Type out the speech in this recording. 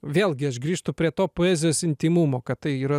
vėlgi aš grįžtu prie to poezijos intymumo kad tai yra